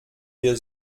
wir